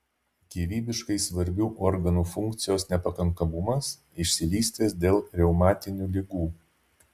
gyvybiškai svarbių organų funkcijos nepakankamumas išsivystęs dėl reumatinių ligų